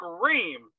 scream